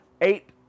eight